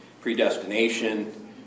predestination